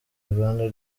rwanda